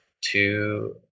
two